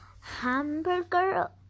hamburger